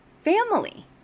family